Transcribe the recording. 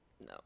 no